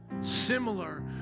similar